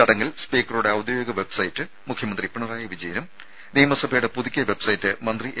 ചടങ്ങിൽ സ്പീക്കറുടെ ഔദ്യോഗിക വെബ്സൈറ്റ് മുഖ്യമന്ത്രി പിണറായി വിജയനും നിയമസഭയുടെ പുതുക്കിയ വെബ്സൈറ്റ് മന്ത്രി എ